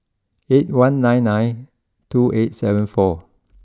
eight one nine nine two eight seven four